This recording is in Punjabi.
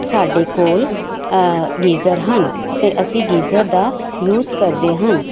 ਸਾਡੇ ਕੋਲ ਗੀਜ਼ਰ ਹਨ ਅਤੇ ਅਸੀਂ ਗੀਜ਼ਰ ਦਾ ਯੂਜ ਕਰਦੇ ਹਨ